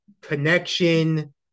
connection